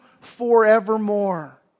forevermore